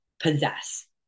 possess